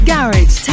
Garage